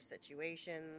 situations